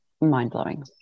mind-blowing